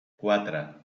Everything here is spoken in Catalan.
quatre